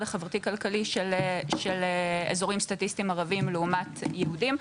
החברתי כלכלי של אזורים סטטיסטיים ערבים לעומת יהודים.